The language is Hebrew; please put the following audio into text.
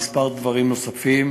המשטרה נוקטת כמה צעדים נוספים: